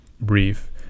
brief